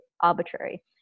arbitrary